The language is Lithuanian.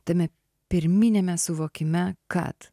tame pirminiame suvokime kad